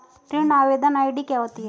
ऋण आवेदन आई.डी क्या होती है?